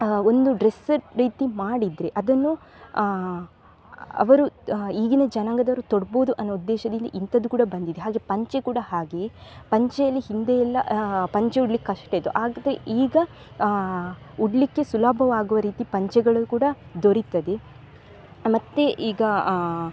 ಒಂದು ಡ್ರೆಸ್ ರೀತಿ ಮಾಡಿದರೆ ಅದನ್ನು ಅವರು ಈಗಿನ ಜನಾಂಗದವರು ತೋಡ್ಬೋದು ಅನ್ನೊ ಉದ್ದೇಶದಿಂದ ಇಂಥದ್ದು ಕೂಡ ಬಂದಿದೆ ಹಾಗೇ ಪಂಚೆ ಕೂಡ ಹಾಗೆಯೇ ಪಂಚೆಯಲ್ಲಿ ಹಿಂದೆಯೆಲ್ಲ ಪಂಚೆ ಉಡ್ಲಿಕ್ಕೆ ಕಷ್ಟ ಇತ್ತು ಆಗದೇ ಈಗ ಉಡಲಿಕ್ಕೆ ಸುಲಭವಾಗುವ ರೀತಿ ಪಂಚೆಗಳು ಕೂಡ ದೊರೀತದೆ ಮತ್ತು ಈಗ